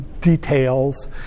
details